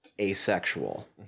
asexual